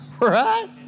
Right